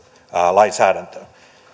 lainsäädäntöön